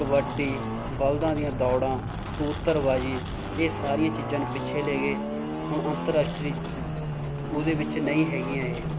ਕਬੱਡੀ ਬਲਦਾਂ ਦੀਆਂ ਦੌੜਾਂ ਕਬੂਤਰਬਾਜ਼ੀ ਇਹ ਸਾਰੀਆਂ ਚੀਜ਼ਾਂ ਨੂੰ ਪਿੱਛੇ ਲੈ ਗਏ ਹੁਣ ਅੰਤਰਰਾਸ਼ਟਰੀ ਉਹਦੇ ਵਿੱਚ ਨਹੀਂ ਹੈਗੀਆਂ ਇਹ